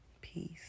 peace